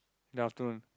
in the afternoon